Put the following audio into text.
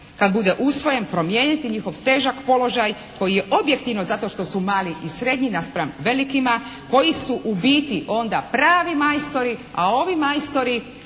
kad bude usvojen promijeniti njihov težak položaj koji je objektivno zato što su mali i srednji naspram velikima koji su u biti onda pravi majstori, a ovi majstori